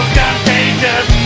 contagious